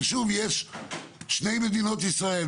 יש שתי מדינות ישראל,